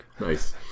Nice